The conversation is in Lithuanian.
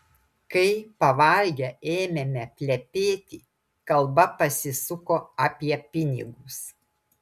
kai pavalgę ėmėme plepėti kalba pasisuko apie pinigus